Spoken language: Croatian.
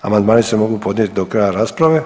Amandmani se mogu podnijeti do kraja rasprave.